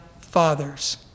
fathers